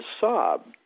sob